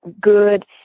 good